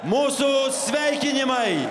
mūsų sveikinimai